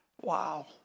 Wow